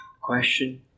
Question